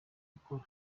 ukora